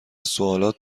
سوالات